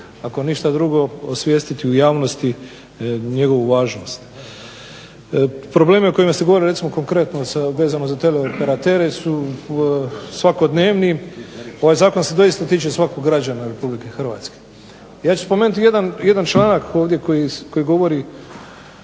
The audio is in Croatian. ako ništa drugo osvijestiti u javnosti njegovu važnost. Probleme o kojima ste govorili, recimo konkretno vezano za tele operatere su svakodnevni. Ovaj zakon se doista tiče svakog građana RH. Ja ću spomenuti jedan članak ovdje koji govori